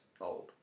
old